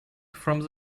from